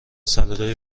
سلیقه